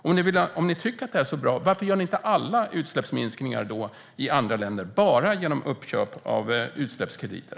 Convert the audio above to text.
Om ni tycker att det här är så bra, varför gör ni inte alla utsläppsminskningar i andra länder bara genom uppköp av utsläppskrediter?